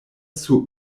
sur